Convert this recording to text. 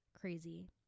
crazy